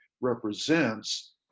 represents